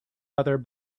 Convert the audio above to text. other